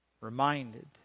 reminded